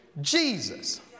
Jesus